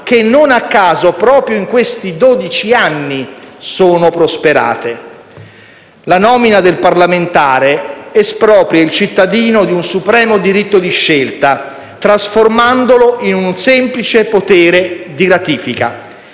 che - non a caso - proprio negli ultimi dodici anni sono prosperate. La nomina del parlamentare espropria il cittadino di un supremo diritto di scelta, trasformandolo in un semplice potere di ratifica.